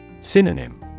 Synonym